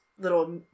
little